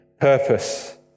purpose